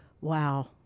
Wow